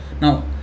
Now